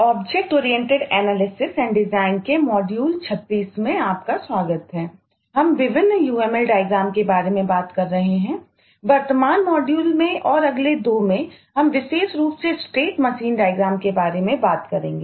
object oriented analysis and design के बारे में बात करेंगे